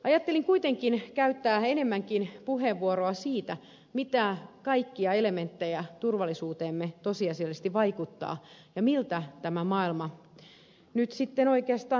ajattelin kuitenkin käyttää puheenvuoron enemmänkin siitä mitkä kaikki elementit turvallisuuteemme tosiasiallisesti vaikuttavat ja miltä tämä maailma nyt sitten oikeastaan näyttää